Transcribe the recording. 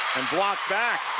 and blocked back